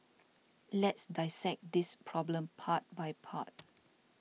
let's dissect this problem part by part